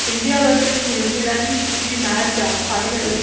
India versus New Zealand जी match आहे final